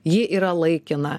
ji yra laikina